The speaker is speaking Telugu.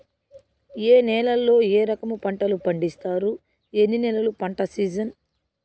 ఏ నేలల్లో ఏ రకము పంటలు పండిస్తారు, ఎన్ని నెలలు పంట సిజన్?